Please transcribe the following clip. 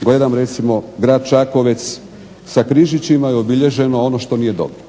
Gledam recimo grad Čakovec sa križićima je obilježeno ono što nije dobro.